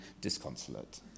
disconsolate